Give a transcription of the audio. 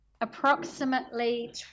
approximately